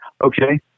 Okay